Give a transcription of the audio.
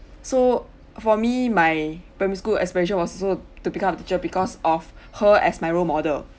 so for me my primary school aspiration was also to become a teacher because of her as my role model